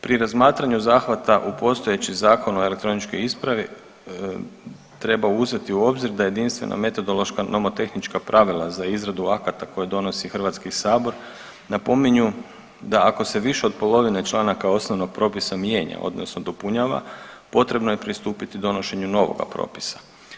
Pri razmatranju zahvata u postojeći Zakon o elektroničkoj ispravi treba uzeti u obzir da jedinstvena metodološka nomotehnička pravila za izradu akata koja donosi Hrvatski sabor napominju da ako se više od polovine članaka osnovnog propisa mijenja odnosno dopunjava potrebno je pristupiti donošenju novoga propisa.